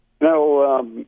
No